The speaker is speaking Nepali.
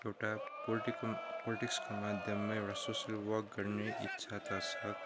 एउटा पोल्टिको पोलिटिक्सको माध्यममा एउटा सोसियल वर्क गर्ने इच्छा त छ